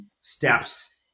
steps